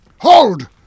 Hold